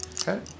okay